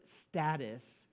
status